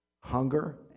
Hunger